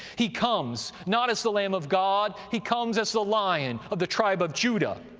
he comes, not as the lamb of god, he comes as the lion of the tribe of judah.